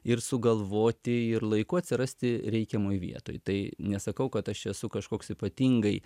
ir sugalvoti ir laiku atsirasti reikiamoj vietoj tai nesakau kad aš esu kažkoks ypatingai